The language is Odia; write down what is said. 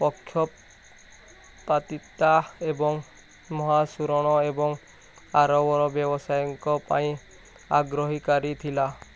ପକ୍ଷ ପାତିତା ଏବଂ ମହାଶୂରଣ ଏବଂ ଆରବର ବ୍ୟବସାୟୀଙ୍କ ପାଇଁ ଆଗ୍ରାହିକାରୀ ଥିଲା